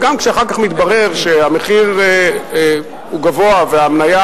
וגם כשאחר כך מתברר שהמחיר גבוה והמניה